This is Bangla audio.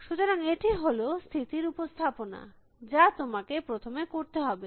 সুতরাং এটি হল স্থিতির উপস্থাপনা যা তোমাকে প্রথমে করতে হবে